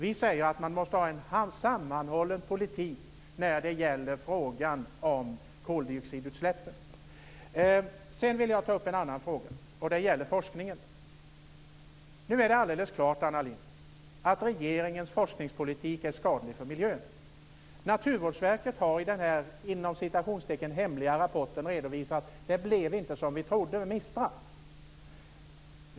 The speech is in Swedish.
Vi säger att man måste ha en sammanhållen politik när det gäller frågan om koldioxidutsläppen. Sedan vill jag ta upp en annan fråga. Det gäller forskningen. Nu är det alldeles klart, Anna Lindh, att regeringens forskningspolitik är skadlig för miljön. Naturvårdsverket har i den "hemliga" rapporten redovisat: Det blev inte som vi trodde med MISTRA.